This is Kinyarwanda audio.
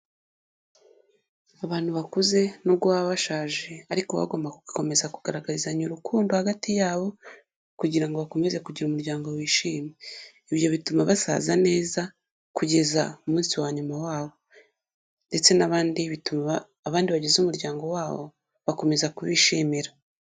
Abantu bakuze nubwo baba bashaje ariko bagombaga gukomeza kugaragarizanya urukundo hagati yabo kugira ngo bakomeze kugira umuryango wishimye. Ibyo bituma basaza neza kugeza umunsi wa nyuma wabo ndetse n'abandi bituma, abandi bagize umuryango wabo bakomeza kubishimira.